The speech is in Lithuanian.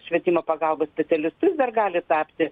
švietimo pagalbos specialistu dar gali tapti